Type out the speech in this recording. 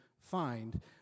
find